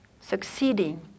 succeeding